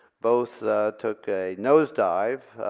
both took a nose dive.